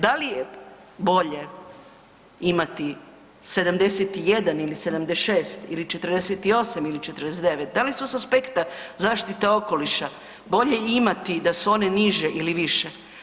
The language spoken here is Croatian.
Da li je bolje imati 71 ili 76 ili 48 ili 49, da li su sa aspekta zaštite okoliša bolje imati da su one niže ili više?